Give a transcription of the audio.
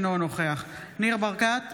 אינו נוכח ניר ברקת,